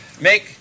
make